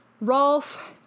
Rolf